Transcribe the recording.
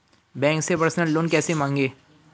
Bank से personal loan कैसे मांगें?